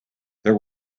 there